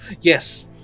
yes